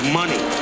money